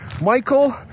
Michael